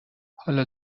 حالا